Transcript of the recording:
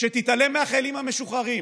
שתתעלם מהחיילים המשוחררים